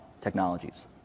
technologies